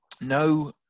no